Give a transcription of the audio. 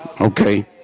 okay